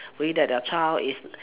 worry that their child is